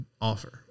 offer